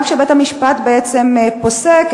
גם כשבית-המשפט בעצם פוסק,